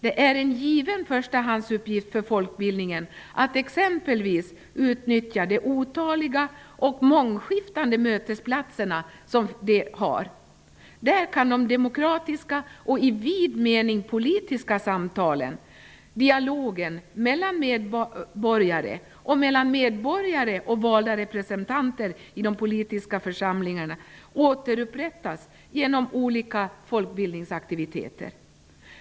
Det är en given förstahandsuppgift för folkbildningen att exempelvis utnyttja de otaliga och mångskiftande mötesplatser som den erbjuder. Där kan det demokratiska och i vid mening politiska samtalet, dialogen mellan medborgare och valda representanter i de politiska församlingarna, återupprättas genom olika folkbildningsaktiviteter.